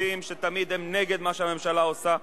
שחושבים שתמיד הם נגד מה שהממשלה עושה,